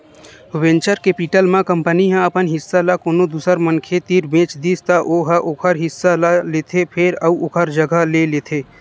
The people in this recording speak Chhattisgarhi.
वेंचर केपिटल म कंपनी ह अपन हिस्सा ल कोनो दूसर मनखे तीर बेच दिस त ओ ह ओखर हिस्सा ल लेथे फेर अउ ओखर जघा ले लेथे